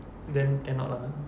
then cannot lah